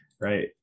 right